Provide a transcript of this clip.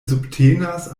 subtenas